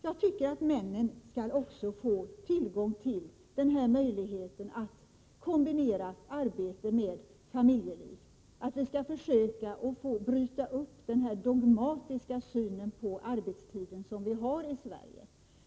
Jag tycker att männen också skall få tillgång till möjligheten att kombinera arbete med familjeliv. Vi måste försöka bryta upp den dogmatiska syn på arbetstiden som vi har i Sverige.